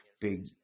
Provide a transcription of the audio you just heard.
Big